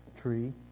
tree